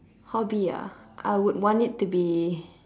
hobby ah I would want it to be